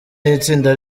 n’itsinda